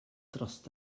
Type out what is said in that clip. dros